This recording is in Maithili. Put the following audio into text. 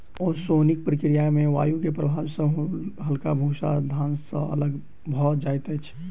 ओसौनिक प्रक्रिया में वायु के प्रभाव सॅ हल्का भूस्सा धान से अलग भअ जाइत अछि